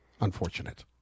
Unfortunate